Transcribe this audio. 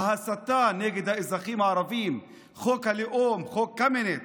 ההסתה נגד האזרחים הערבים, חוק הלאום, חוק קמיניץ.